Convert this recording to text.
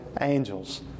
angels